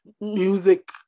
music